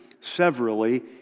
severally